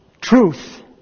truth